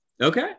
Okay